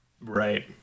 Right